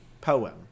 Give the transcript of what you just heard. Poem